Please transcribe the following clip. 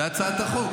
זו הצעת החוק,